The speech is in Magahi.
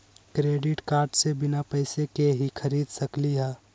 क्रेडिट कार्ड से बिना पैसे के ही खरीद सकली ह?